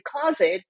closet